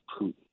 Putin